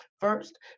First